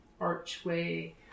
archway